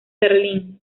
berlin